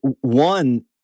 one